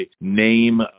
name